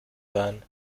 sein